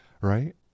Right